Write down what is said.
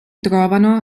trovano